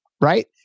right